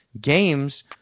games